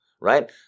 right